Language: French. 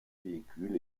véhicules